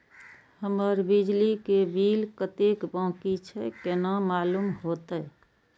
हमर बिजली के बिल कतेक बाकी छे केना मालूम होते?